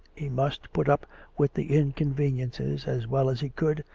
he must put up with the inconveniences as well as he could,